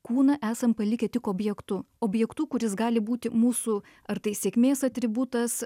kūną esam palikę tik objektu objektu kuris gali būti mūsų ar tai sėkmės atributas